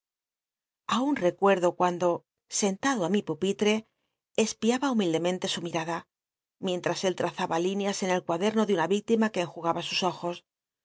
aun recuerdo cuando sentado i mi pupill e piaba humildemente su mirada mienll ts él trazaba lineas en el cuaderno de una yictima c ue enjugaba sus ojos